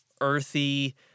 earthy